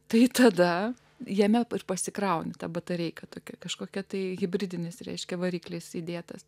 tai tada jame ir pasikrauni ta batareika tokia kažkokia tai hibridinis reiškia variklis įdėtas